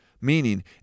Meaning